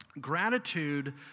Gratitude